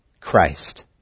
Christ